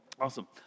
Awesome